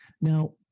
Now